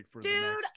Dude